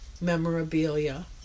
memorabilia